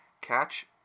Catch